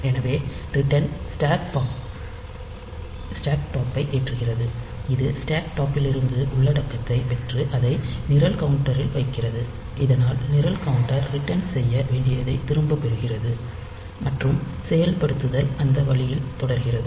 எனவே RET stack டாப்பை ஏற்றுகிறது இது ஸ்டேக் டாப்பிலிருந்து உள்ளடக்கத்தைப் பெற்று அதை நிரல் கவுண்டரில் வைக்கிறது இதனால் நிரல் கவுண்டர் ரிட்டர்ன் செய்ய வேண்டியதைத் திரும்பப் பெறுகிறது மற்றும் செயல்படுத்தல் அந்த வழியில் தொடர்கிறது